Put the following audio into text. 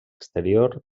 exterior